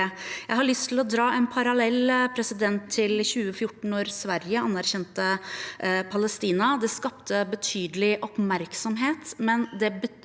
Jeg har lyst til å dra en parallell til 2014, da Sverige anerkjente Palestina. Det skapte betydelig oppmerksomhet, men det medførte